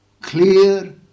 clear